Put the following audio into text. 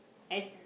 I